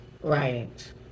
Right